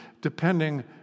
depending